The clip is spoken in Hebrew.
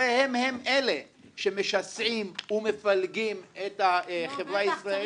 הרי הם הם אלה שמשסעים ומפלגים את החברה הישראלית.